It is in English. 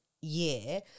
year